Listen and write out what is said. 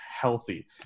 healthy